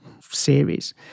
series